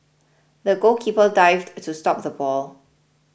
the goalkeeper dived to stop the ball